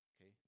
Okay